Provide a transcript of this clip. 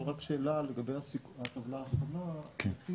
אבל רק שאלה לגבי הטבלה האחרונה: לפי